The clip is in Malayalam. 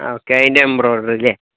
ആ ഓക്കെ അതിന്റെ എംബ്രോയ്ഡറി അല്ലേ